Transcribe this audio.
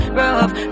rough